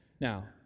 Now